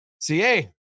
CA